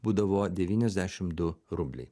būdavo devyniasdešim du rubliai